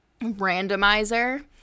randomizer